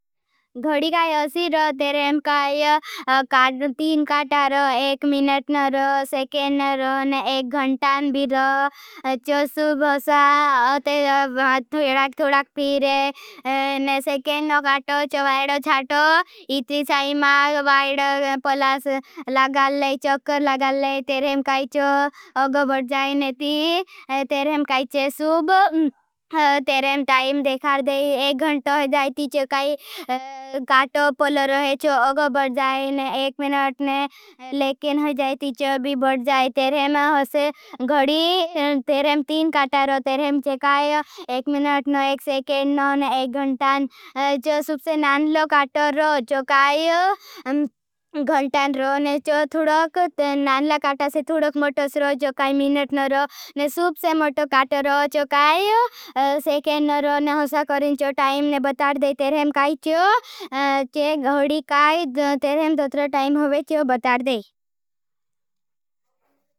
गड़ी काई अशी रो, तेरें काई तीन काटा रो। एक मिनेट न रो, सेकेन न रो, न एक घंटान बिलो। चो सुब होसा, थुड़ाख थुड़ाख पीरे, न सेकेन न गाटो, चो वाईड़ो छाटो। इतरी साही माग, वाईड़ो पलस लगाले, चोकर लगाले। तेरें काई चो अग बढ़ जाए न ती। तेरें काई चो सुब, तेरें टाइम देखार देई, एक घंटा हो जाए। त ती चो भी बढ़ जाए, तेरें होसे घड़ी, तेरें तीन काटा रो। तेरें चो काई एक मिनटनो, एक सेकेननो, न एक घंटान, चो सुबसे नानलो काटो रो। चो काई घंटान रो, न चो थुड़क, नानला काटा से थुड़क मटोस रो, चो काई मिनटनो रो। न सुबस मटो काटो रो, चो काई सेकेनन रो। न होसा करें, चो टाइम न बतार दे। तेरें हैं काई चो, चो घड़ी काई। तेरें हैं दोतर टाइम होगे, चो बतार दे।